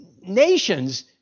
nations